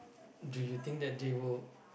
do you think that they will